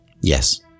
Yes